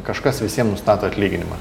kažkas visiem nustato atlyginimą